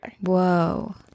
Whoa